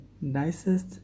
nicest